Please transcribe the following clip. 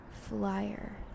flyer